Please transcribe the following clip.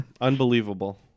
Unbelievable